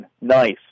nice